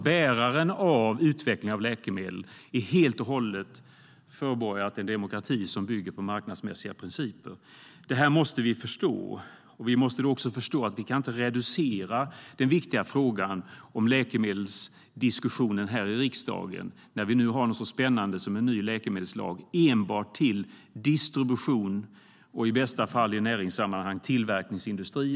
Bäraren av utveckling av läkemedel är helt och hållet förborgat demokratier som bygger på marknadsmässiga principer. Det måste vi förstå. Vi måste också förstå att vi inte kan reducera den viktiga läkemedelsdiskussionen i riksdagen, när vi nu har något så spännande som en ny läkemedelslag, enbart till distribution och, i bästa fall i näringssammanhang, tillverkningsindustri.